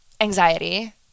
anxiety